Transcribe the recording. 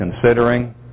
considering